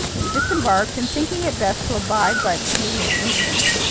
we disembarked, and thinking it best to abide by the canadian's instincts,